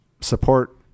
support